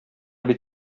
бит